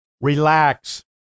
Relax